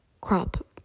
crop